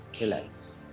relax